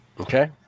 Okay